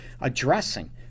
addressing